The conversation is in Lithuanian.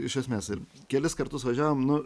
iš esmės ir kelis kartus važiavom nu